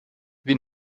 wir